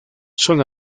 son